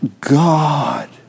God